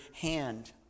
hand